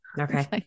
Okay